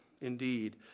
indeed